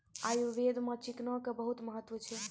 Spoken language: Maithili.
आयुर्वेद मॅ चिकना के बहुत महत्व छै